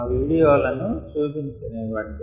ఆ వీడియో లను చూపించనివ్వండి